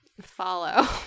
follow